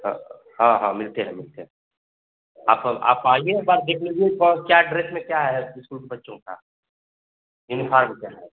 हाँ हाँ मिलते हैं मिलते हैं आप आप आइये एक बार देख लीजिये कौन क्या खरीदने क्या है कुछ कुछ बच्चों का यूनिफार्म क्या है